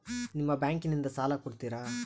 ನಿಮ್ಮ ಬ್ಯಾಂಕಿನಿಂದ ಸಾಲ ಕೊಡ್ತೇರಾ?